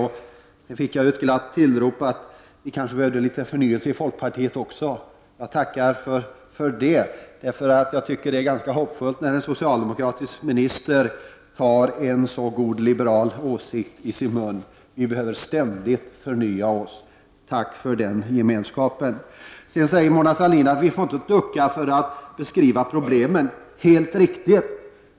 Jag fick ett glatt tillrop om att det kanske behövs litet förnyelse också i folkpartiet. Jag tackar för det. Det är ganska hoppfullt när en socialdemokratisk minister har en sådan god liberal åsikt och tar sådana ord i sin mun. Vi behöver ständigt förnya oss. Tack för den gemenskapen. Mona Sahlin säger att vi inte får ducka för att beskriva problemen. Det är helt riktigt.